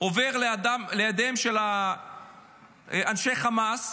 עובר לידיהם של אנשי חמאס.